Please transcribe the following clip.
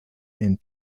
and